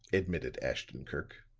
admitted ashton-kirk.